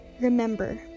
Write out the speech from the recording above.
Remember